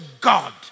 God